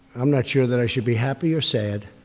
i'm not sure that i should be happy or sad,